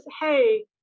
hey